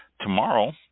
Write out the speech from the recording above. Tomorrow